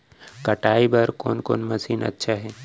कटाई बर कोन कोन मशीन अच्छा हे?